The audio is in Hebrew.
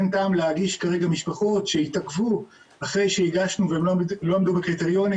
אין טעם להגיש כרגע משפחות שהתעכבו אחרי שהגשנו והם לא עמדו בקריטריונים